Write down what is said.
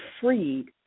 freed